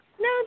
No